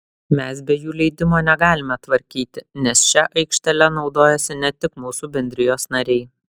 mes be jų leidimo negalime tvarkyti nes šia aikštele naudojasi ne tik mūsų bendrijos nariai